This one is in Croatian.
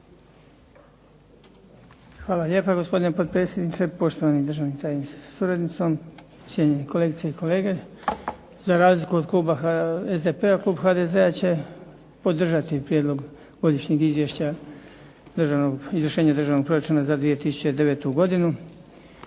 Hvala lijepa gospodine potpredsjedniče, poštovani državni tajniče sa suradnicom, cijenjeni kolegice i kolege. Za razliku od kluba SDP-a, klub HDZ-a će podržati Prijedlog godišnjeg izvješća izvršenja Državnog proračuna za 2009. godine